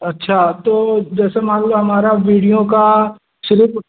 अच्छा तो जैसे मान लो हमारा वीडियो का सिर्फ़